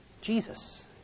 Jesus